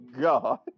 god